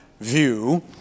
view